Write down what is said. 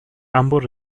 ambos